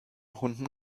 hunden